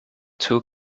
two